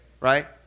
right